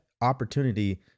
opportunity